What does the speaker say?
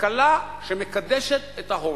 כלכלה שמקדשת את ההון,